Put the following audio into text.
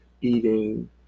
eating